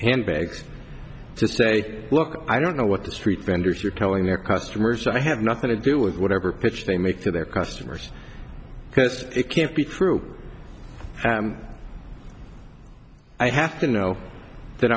handbags to say look i don't know what the street vendors are telling their customers i have nothing to do with whatever pitch they make to their customers because it can't be true i have to know that